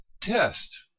test